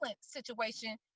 situation